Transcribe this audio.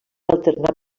alternar